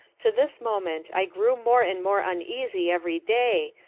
to this moment i grew more and more uneasy every day,